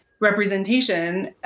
representation